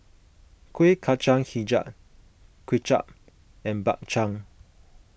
Kueh Kacang HiJau Kway Chap and Bak Chang